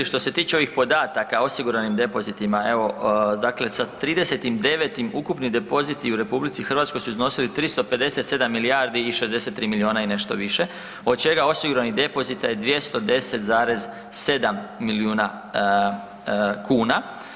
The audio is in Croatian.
Što se tiče ovih podataka, osiguranim depozitima, evo, sa 30.09. ukupni depoziti u RH su iznosili 357 milijardi i 63 milijuna i nešto više, od čega osiguranih depozita je 210,7 milijuna kuna.